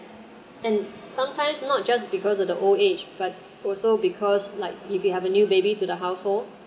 and sometimes not just because of the old age but also because like if you have a new baby to the household